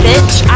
Bitch